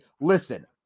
listen